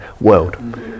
world